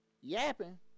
yapping